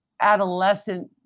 adolescent